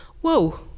whoa